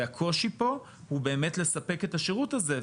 והקושי פה הוא באמת לספק את השירות הזה.